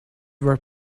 were